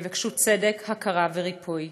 ויבקשו צדק, הכרה וריפוי.